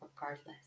Regardless